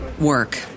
work